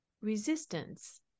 resistance